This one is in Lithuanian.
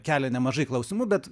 kelia nemažai klausimų bet